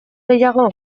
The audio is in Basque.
gehiago